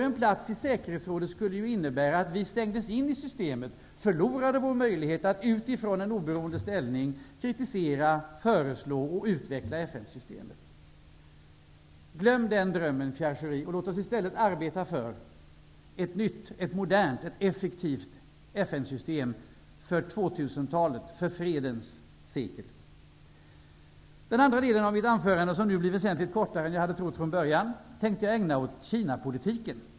En plats i säkerhetsrådet skulle ju innebära att vi stängdes in i systemet och förlorade vår möjlighet att utifrån en oberoende ställning kritisera, föreslå och utveckla FN-systemet. Glöm den drömmen, Pierre Schori, och låt oss i stället arbeta för ett nytt, modernt och effektivt FN-system för 2000-talet -- Den andra delen av mitt anförande, som nu blir väsentligt kortare än jag hade trott från början, tänkte jag ägna åt Kinapolitiken.